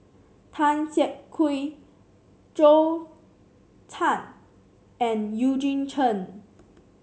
Tan Siak Kew Zhou Can and Eugene Chen